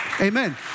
Amen